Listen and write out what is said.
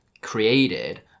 created